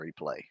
replay